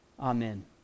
Amen